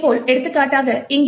இதேபோல் எடுத்துக்காட்டாக இங்கே